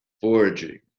foraging